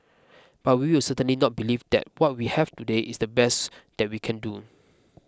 but we will certainly not believe that what we have today is the best that we can do